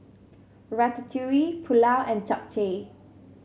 Ratatouille Pulao and Japchae